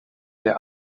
their